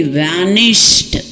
vanished